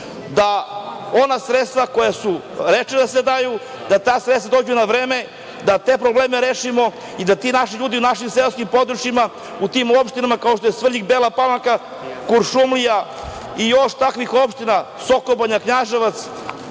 da ona sredstva koja su rečena da se daju, da ta sredstva dođu na vreme, da te probleme rešimo i da ti naši ljudi u našim seoskim područjima, u tim opštinama, kao što je Svrljig, Bela Palanka, Kuršumlija i još takvih opština Sokobanja, Knjaževac,